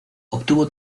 obtuvo